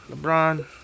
LeBron